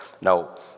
Now